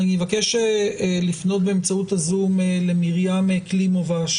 אני מבקש לפנות באמצעות הזום למרים קלימובה,